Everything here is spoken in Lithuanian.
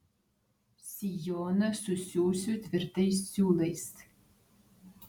sijoną susiųsiu tvirtais siūlais